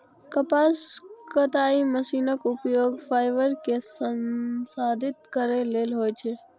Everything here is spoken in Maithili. कपास कताइ मशीनक उपयोग फाइबर कें संसाधित करै लेल होइ छै